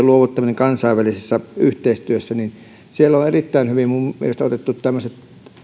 luovuttaminen kansainvälisessä yhteistyössä siellä on erittäin hyvin minun mielestäni otettu tämmöiset